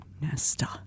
Nesta